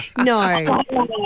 no